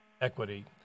equity